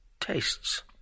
Tastes